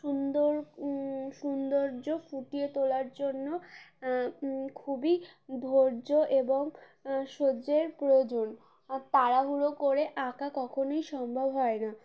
সুন্দর সৌন্দর্য ফুটিয়ে তোলার জন্য খুবই ধৈর্য এবং সহ্যের প্রয়োজন আর তাড়াহুড়ো করে আঁকা কখনোই সম্ভব হয় না